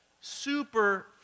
super